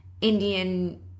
Indian